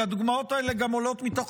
כי הדוגמאות האלה גם עולות מתוך